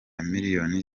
miliyoni